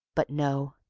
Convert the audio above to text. but no,